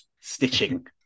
stitching